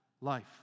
life